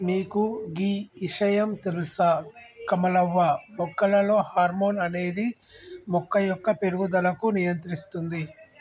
మీకు గీ ఇషయాం తెలుస కమలవ్వ మొక్కలలో హార్మోన్ అనేది మొక్క యొక్క పేరుగుదలకు నియంత్రిస్తుంది